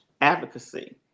Advocacy